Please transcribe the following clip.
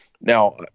Now